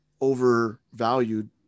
overvalued